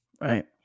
right